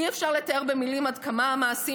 אי-אפשר לתאר במילים עד כמה המעשים